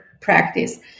practice